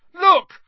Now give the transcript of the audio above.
Look